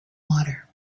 water